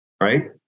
right